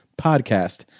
podcast